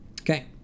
Okay